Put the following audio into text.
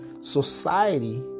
society